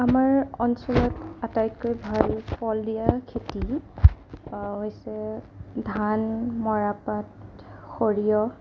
আমাৰ অঞ্চলত আটাইতকৈ ভাল ফল দিয়া খেতি হৈছে ধান মৰাপাট সৰিয়হ